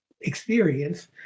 experience